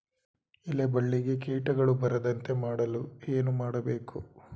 ಎಲೆ ಬಳ್ಳಿಗೆ ಕೀಟಗಳು ಬರದಂತೆ ಮಾಡಲು ಏನು ಮಾಡಬೇಕು?